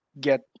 get